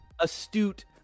astute